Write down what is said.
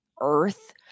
earth